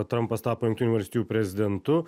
trampas tapo jungtinių valstijų prezidentu